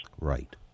Right